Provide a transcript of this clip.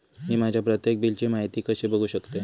मी माझ्या प्रत्येक बिलची माहिती कशी बघू शकतय?